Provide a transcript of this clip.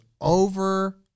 over